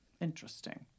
Interesting